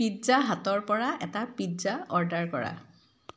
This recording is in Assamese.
পিজ্জা হাটৰ পৰা এটা পিজ্জা অৰ্ডাৰ কৰা